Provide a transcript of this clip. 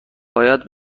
باید